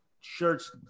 shirt's